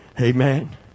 Amen